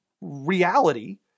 reality